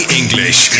english